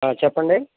చెప్పండి